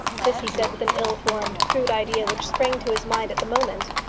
this he said with an ill-formed, crude idea which sprang to his mind at the moment.